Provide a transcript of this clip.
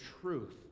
truth